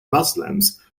muslims